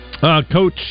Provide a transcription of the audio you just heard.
Coach